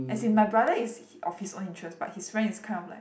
as in my brother is of his own interest but his friend is kind of like